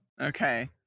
Okay